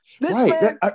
Right